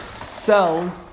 Sell